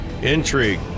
intrigue